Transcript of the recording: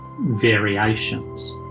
variations